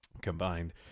Combined